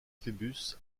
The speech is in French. phœbus